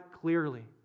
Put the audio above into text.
clearly